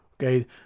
okay